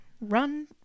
Run